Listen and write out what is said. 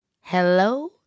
hello